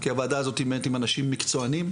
כי הוועדה הזאת נמנית עם אנשים מקצועניים.